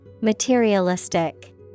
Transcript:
Materialistic